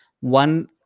one